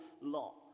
lot